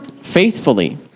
faithfully